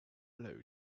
blow